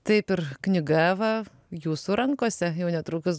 taip ir knyga va jūsų rankose jau netrukus